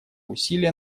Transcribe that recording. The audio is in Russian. усилия